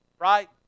right